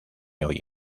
hoy